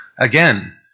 Again